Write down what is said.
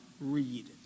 Read